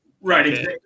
Right